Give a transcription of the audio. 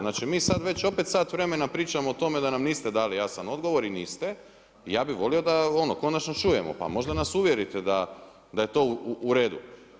Znači mi sada već opet sat vremena pričamo o tome da nam niste dali jasan odgovor i niste i ja bih volio da konačno čujemo pa možda nas uvjerite da je to uredu.